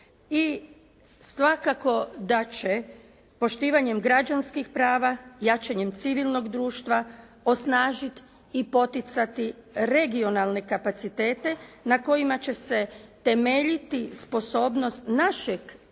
i svakako da će poštivanjem građanskih prava, jačanjem civilnog društva osnažiti i poticati regionalne kapacitete na kojima će se temeljiti sposobnost našeg